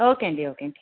okay అండి okay అండి